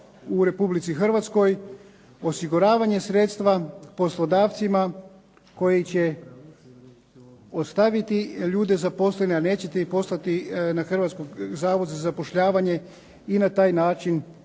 u Republici Hrvatskoj, osiguravanje sredstava poslodavcima koji će ostaviti ljude zaposlene a nećete ih poslati na Hrvatski zavod za zapošljavanje i na taj način